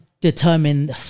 determine